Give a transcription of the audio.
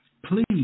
Please